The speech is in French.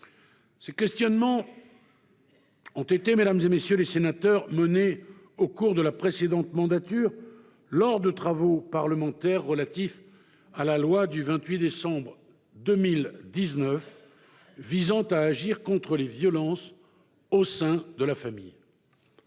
Ces questionnements ont été menés au cours de la précédente mandature lors des travaux parlementaires relatifs à la loi du 28 décembre 2019 visant à agir contre les violences au sein de la famille.